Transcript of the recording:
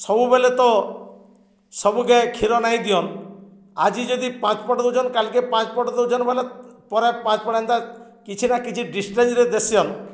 ସବୁବେଲେ ତ ସବୁକେ କ୍ଷୀର ନାଇଁ ଦିଅନ୍ ଆଜି ଯଦି ପାଞ୍ଚ ପଟ ଦଉଛନ୍ କାଲ୍କେ ପାଞ୍ଚ ପଟ ଦଉଛନ୍ ବୋଲେ ପରେ ପାଞ୍ଚ ପଟ ଏନ୍ତା କିଛି ନା କିଛି ଡ଼ିଷ୍ଟେନ୍ସରେ ଦେସନ୍